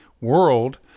world